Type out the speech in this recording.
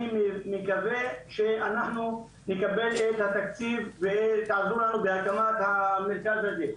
אני מקווה שאנחנו נקבל את התקציב ותעזרו לנו בהקמת המרכז הזה.